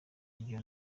iryo